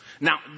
Now